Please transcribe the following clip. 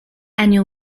annual